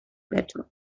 better